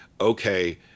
okay